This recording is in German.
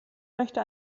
möchte